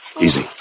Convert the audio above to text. Easy